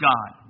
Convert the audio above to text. God